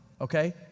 okay